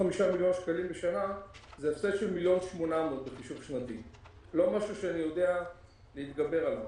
שזה הפסד של מיליון 800 שאני לא יודע להתגבר עליו.